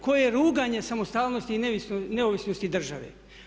Koje ruganje samostalnosti i neovisnosti države!